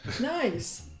Nice